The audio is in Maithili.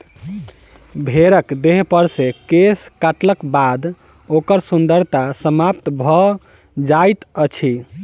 भेंड़क देहपर सॅ केश काटलाक बाद ओकर सुन्दरता समाप्त भ जाइत छै